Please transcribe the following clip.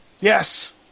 Yes